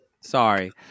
Sorry